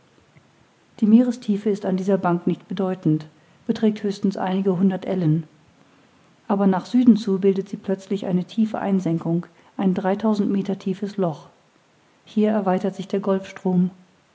die meerestiefe ist an dieser bank nicht bedeutend beträgt höchstens einige hundert ellen aber nach süden zu bildet sich plötzlich eine tiefe einsenkung ein dreitausend meter tiefes loch hier erweitert sich der